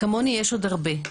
כמוני יש עוד הרבה.